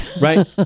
right